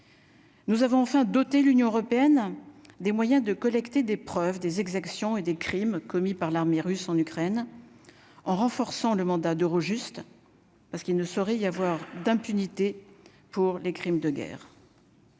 Nous avons enfin doter l'Union européenne des moyens de collecter des preuves des exactions et des crimes commis par l'armée russe en Ukraine, en renforçant le mandat d'euros juste parce qu'il ne saurait y avoir d'impunité pour les crimes de guerre.